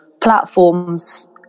platforms